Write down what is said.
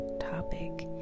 topic